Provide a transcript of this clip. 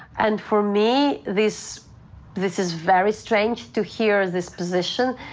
and for me, this this is very strange to hear this position,